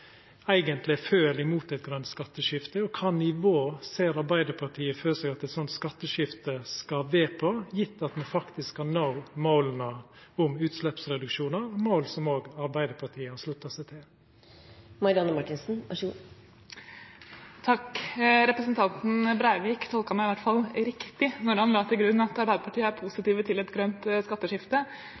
eigentleg er for eller imot eit grønt skatteskifte, og kva nivå ser Arbeidarpartiet føre seg at eit sånt skatteskifte skal vedta, gitt at me faktisk skal nå måla om utsleppsreduksjonar – mål som òg Arbeidarpartiet har slutta seg til? Representanten Breivik tolket meg i hvert fall riktig da han la til grunn at Arbeiderpartiet er positive til et grønt skatteskifte.